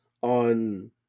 on